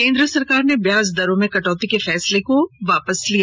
केंद्र सरकार ने ब्याज दरों में कटौती के फैसले को वापस लिया